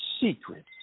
secret